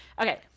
Okay